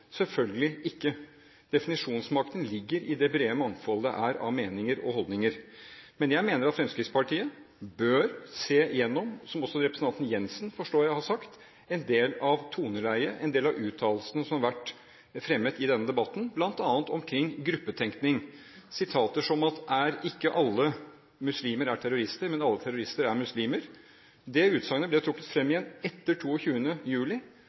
Selvfølgelig ikke, definisjonsmakten ligger i det brede mangfoldet som er av meninger og holdninger. Men jeg mener at Fremskrittspartiet bør se gjennom – som også representanten Jensen, forstår jeg, har sagt – en del av toneleiet, en del av uttalelsene som har vært fremmet i denne debatten, bl.a. omkring gruppetenkning og sitater som at «alle muslimer er ikke terrorister, men alle terrorister er muslimer». Det utsagnet ble trukket fram igjen etter 22. juli